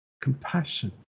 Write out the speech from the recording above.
compassion